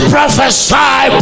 Prophesy